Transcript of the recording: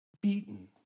beaten